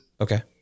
Okay